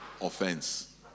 Offense